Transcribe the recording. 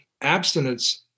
abstinence